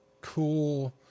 cool